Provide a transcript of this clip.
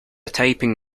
typing